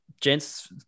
Gents